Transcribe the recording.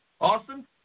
Austin